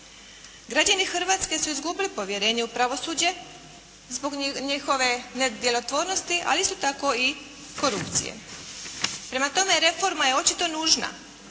Građani Hrvatske su izgubili povjerenje u pravosuđe zbog njihove nedjelotvornosti, ali isto tako i korupcije. Prema tome reforma je očito nužna